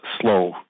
slow